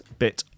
bit